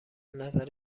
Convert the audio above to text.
نظر